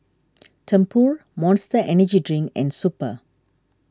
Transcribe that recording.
Tempur Monster Energy Drink and Super